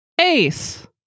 Ace